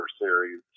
Series